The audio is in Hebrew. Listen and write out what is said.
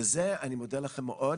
אני מודה לכם מאוד,